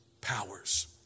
powers